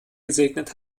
gesegnet